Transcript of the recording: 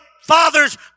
fathers